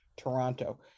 toronto